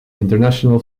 international